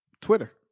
Twitter